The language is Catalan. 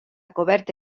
coberta